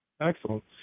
Excellent